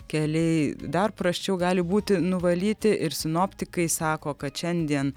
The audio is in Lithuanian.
keliai dar prasčiau gali būti nuvalyti ir sinoptikai sako kad šiandien